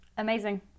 amazing